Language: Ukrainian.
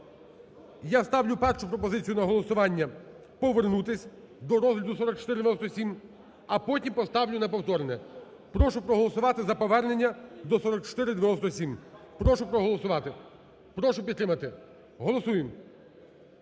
Я ставлю першу пропозицію на голосування, повернутися до розгляду 4497, а потім поставлю на повторне. Прошу проголосувати за повернення до 4497. Прошу проголосувати, прошу підтримати, голосуємо.